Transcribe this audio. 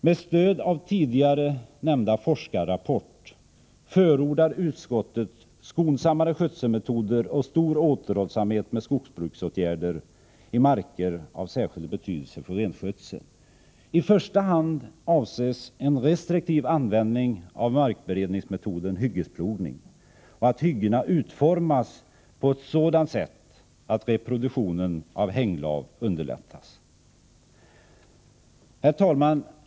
Med stöd av tidigare nämnda forskarrapport förordar utskottet skonsammare skötselmetoder och stor återhållsamhet med skogsbruksåtgärder i marker av särskild betydelse för renskötseln. I första hand avses en restriktiv användning av markberedningsmetoden hyggesplogning och att hyggena utformas på ett sådant sätt att reproduktionen av hänglav underlättas. Herr talman!